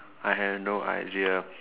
I have no idea